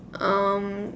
um